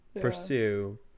pursue